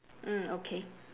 mm okay